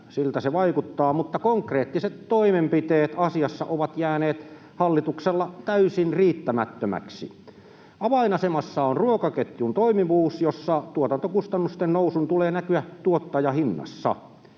siltä se vaikuttaa, mutta konkreettiset toimenpiteet asiassa ovat jääneet hallituksella täysin riittämättömiksi. Avainasemassa on ruokaketjun toimivuus, jossa tuotantokustannusten nousun tulee näkyä tuottajahinnassa.